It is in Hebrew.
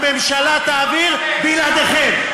הממשלה תעביר בלעדיכם.